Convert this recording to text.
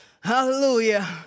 Hallelujah